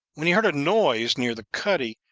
when he heard a noise near the cuddy,